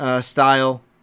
style